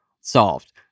solved